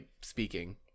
speaking